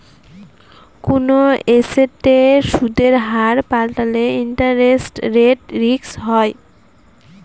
কোনো এসেটের সুদের হার পাল্টালে ইন্টারেস্ট রেট রিস্ক হয়